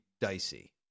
dicey